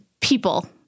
people